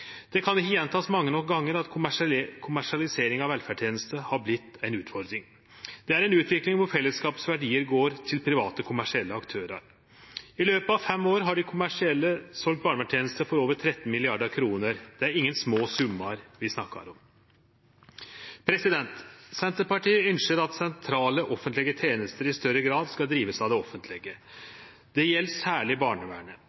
Ein kan ikkje gjenta for ofte at kommersialiseringa av velferdstenester har vorte ei utfordring. Det er ei utvikling der fellesskapets verdiar går til private, kommersielle aktørar. I løpet av fem år har dei kommersielle selt barnevernstenester for over 13 mrd. kr. Det er ingen små summear vi snakkar om. Senterpartiet ønskjer at sentrale offentlege tenester i større grad skal drivast av det